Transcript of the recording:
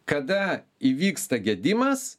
kada įvyksta gedimas